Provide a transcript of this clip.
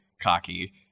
cocky